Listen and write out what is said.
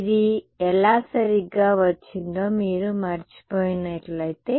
ఇది ఎలా సరిగ్గా వచ్చిందో మీరు మరచిపోయినట్లయితే